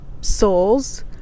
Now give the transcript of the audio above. souls